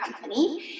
company